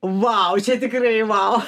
vau čia tikrai vau